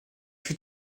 fut